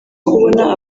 kubona